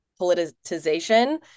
politicization